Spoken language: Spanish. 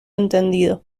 entendido